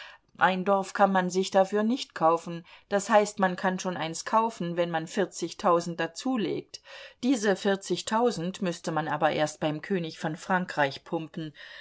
ein dorf kann man sich dafür nicht kaufen das heißt man kann schon eins kaufen wenn man vierzigtausend dazulegt diese vierzigtausend müßte man aber erst beim könig von frankreich pumpen